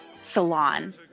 Salon